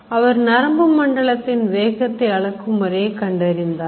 அவர் நரம்பு மண்டலத்தின் வேகத்தை அளக்கும் முறையை கண்டறிந்தார்